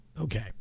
Okay